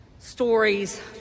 Stories